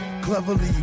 Cleverly